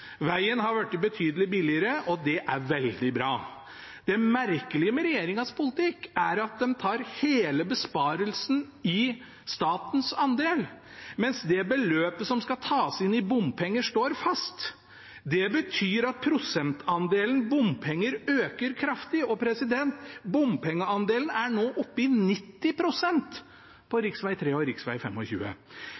har blitt betydelig billigere, og det er veldig bra. Det merkelige med regjeringens politikk er at de tar hele besparelsen i statens andel, mens det beløpet som skal tas inn i bompenger, står fast. Det betyr at prosentandelen bompenger øker kraftig. Bompengeandelen er nå oppe i 90 pst. på